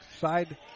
side